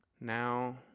now